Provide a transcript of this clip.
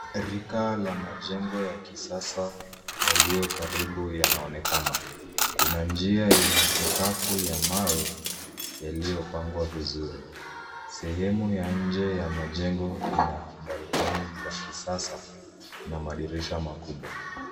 Rika la majengo ya kisasa yaliyo karibu yanaonekana. Kuna njia yenye sakafu ya mawe yaliyopangwa vizuri. Sehemu ya nje ya majengo ina balcony za kisasa na madirisha makubwa.